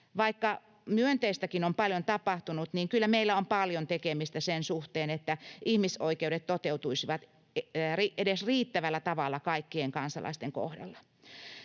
Vaikka myönteistäkin on paljon tapahtunut, niin kyllä meillä on paljon tekemistä sen suhteen, että ihmisoikeudet toteutuisivat edes riittävällä tavalla kaikkien kansalaisten kohdalla.